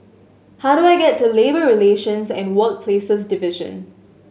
how do I get to Labour Relations and Workplaces Division